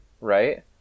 right